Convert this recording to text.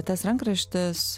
tas rankraštis